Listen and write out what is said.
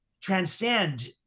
transcend